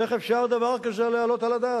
איך אפשר דבר כזה להעלות על הדעת?